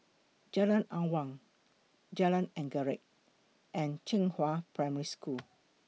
Jalan Awang Jalan Anggerek and Zhenghua Primary School